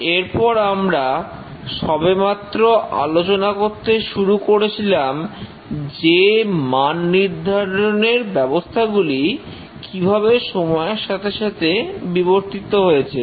এরপর আমরা সবেমাত্র আলোচনা করতে শুরু করেছিলাম যে মান নির্ধারণের ব্যবস্থাগুলি কিভাবে সময়ের সাথে সাথে বিবর্তিত হয়েছে